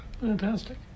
fantastic